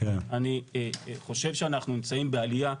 אני חושב שאנחנו נמצאים בעליה,